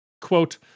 Quote